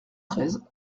treize